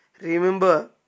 Remember